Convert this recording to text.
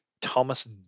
Thomas